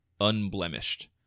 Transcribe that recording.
unblemished